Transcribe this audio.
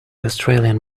australian